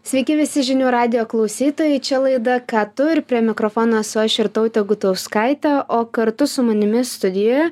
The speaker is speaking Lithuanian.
sveiki visi žinių radijo klausytojai čia laida ką tu ir prie mikrofono esu aš irtautė gutauskaitė o kartu su manimi studijoje